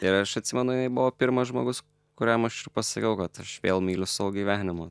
ir aš atsimenu jai buvo pirmas žmogus kuriam aš pasakiau kad aš vėl myliu savo gyvenimą